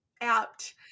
apt